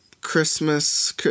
Christmas